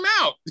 out